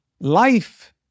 Life